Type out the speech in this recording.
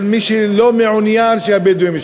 של מי שלא מעוניין שהבדואים,